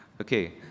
Okay